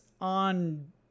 on